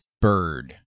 bird